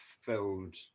filled